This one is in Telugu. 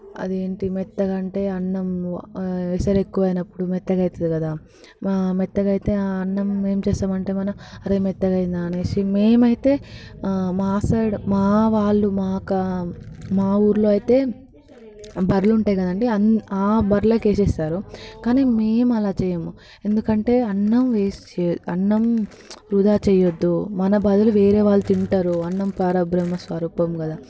అది ఏంటి మెత్తగా అంటే అన్నం ఎసరు ఎక్కవైనపుడు మెత్తగా అవుతుంది కదా మెత్తగా అయితే ఆ అన్నం ఏం చేస్తాము అంటే మన అరే మెత్తగా అయిందా అనేసి మేము అయితే మా సైడ్ మా వాళ్ళు మాకు మా ఊర్లో అయితే బర్రెలు ఉంటాయి కదండీ ఆ బర్రేలకి వేస్తారు కానీ మేము అలా చేయము ఎందుకంటే అన్నం వేస్ట్ చేయొ అన్నం వృధా చేయవద్దు మన బదులు వేరే వాళ్ళు తింటారు అన్నం పరబ్రహ్మ స్వరూపం కదా